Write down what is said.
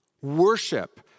Worship